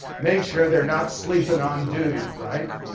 make sure they're not sleeping on duty, right?